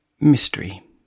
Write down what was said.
Mystery